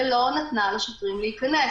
ולא נתנה לשוטרים להיכנס.